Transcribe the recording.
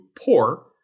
poor